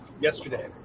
Yesterday